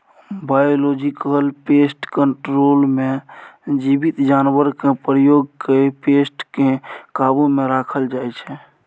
biological pest control मे जीबित जानबरकेँ प्रयोग कए पेस्ट केँ काबु मे राखल जाइ छै